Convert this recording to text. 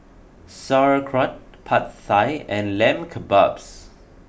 Sauerkraut Pad Thai and Lamb Kebabs